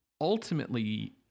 ultimately